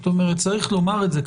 זאת אומרת צריך לומר את זה.